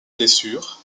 blessures